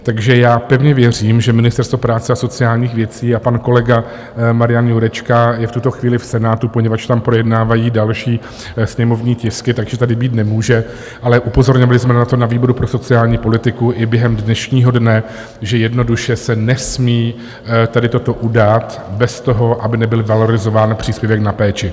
Takže já pevně věřím, že Ministerstvo práce a sociálních věcí pan kolega Marian Jurečka je v tuto chvíli v Senátu, poněvadž tam projednávají další sněmovní tisky, takže tady být nemůže, ale upozorňovali jsme na to na výboru pro sociální politiku i během dnešního dne, že jednoduše se nesmí tady toto udát bez toho, aby nebyl valorizován příspěvek na péči.